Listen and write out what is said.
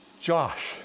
Josh